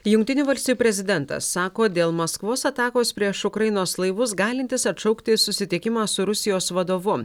jungtinių valstijų prezidentas sako dėl maskvos atakos prieš ukrainos laivus galintis atšaukti susitikimą su rusijos vadovu